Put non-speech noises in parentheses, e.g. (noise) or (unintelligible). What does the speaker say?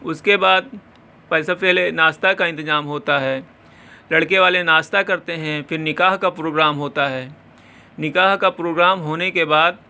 اس کے بعد (unintelligible) سب سے پہلے ناشتہ کا انتظام ہوتا ہے لڑکے والے ناشتہ کرتے ہیں پھر نکاح کا پروگرام ہوتا ہے نکاح کا پروگرام ہونے کے بعد